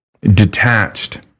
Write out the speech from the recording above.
detached